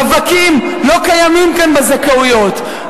רווקים לא קיימים כאן בזכאויות.